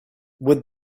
would